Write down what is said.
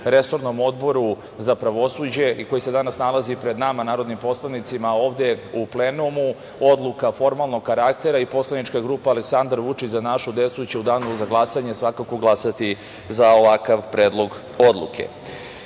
resornom Odboru za pravosuđe i koji se danas nalazi pred nama narodnim poslanicima ovde u plenumu, odluka formalnog karaktera i poslanička grupa „Aleksandar Vučić – Za našu decu“ će u Danu za glasanje svakako glasati za ovakav Predlog odluke. Takođe,